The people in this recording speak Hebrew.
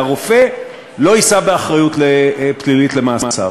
והרופא לא יישא באחריות פלילית למעשיו.